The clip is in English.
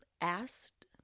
asked